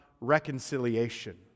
reconciliation